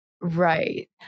Right